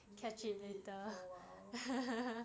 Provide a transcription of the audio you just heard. leave leave it for awhile